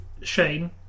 Shane